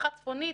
גזרה צפונית,